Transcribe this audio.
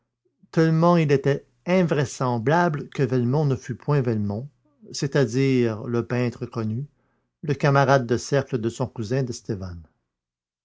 tellement il était invraisemblable que velmont ne fût point velmont c'est-à-dire le peintre connu le camarade de cercle de son cousin